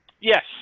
Yes